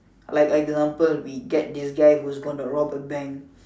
like example we get this guy who is going to rob a bank